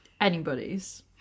anybody's